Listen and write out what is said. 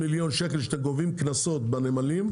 השקלים שאתם גובים קנסות בנמלים,